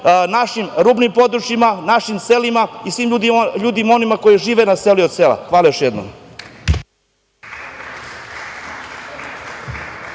našim rubnim područjima, našim selima i svim onim ljudima koji žive na selu i od sela. Hvala još jednom.